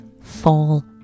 fall